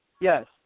Yes